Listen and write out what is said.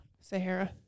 Sahara